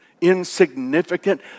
Insignificant